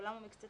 כולם או מקצתם,